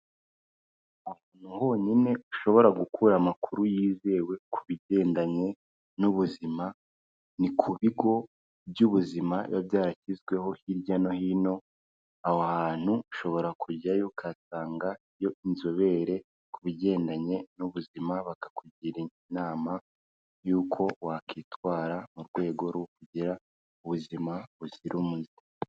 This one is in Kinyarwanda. Ahantu honyine ushobora gukura amakuru yizewe ku bigendanye n'ubuzima ni ku bigo by'ubuzima biba byarashyizweho hirya no hino, aho hantu ushobora kujyayo ugasangayo inzobere ku bigendanye n'ubuzima, bakakugira inama y'uko wakwitwara mu rwego rwo kugira ubuzima buzira umuze.